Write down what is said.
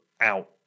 out